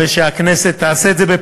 אני מקווה שהכנסת תעשה את זה פעמיים,